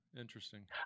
Interesting